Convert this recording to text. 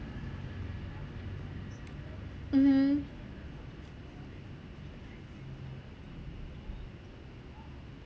mmhmm